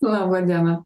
laba diena